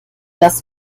das